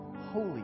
Holy